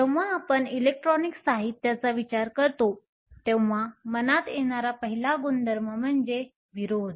जेव्हा आपण इलेक्ट्रॉनिक साहित्याचा विचार करतो तेव्हा मनात येणारा पहिला गुणधर्म म्हणजे विरोध